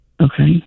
Okay